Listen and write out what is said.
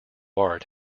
art